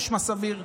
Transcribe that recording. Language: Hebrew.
נשמע סביר.